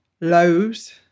lows